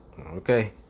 Okay